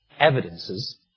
evidences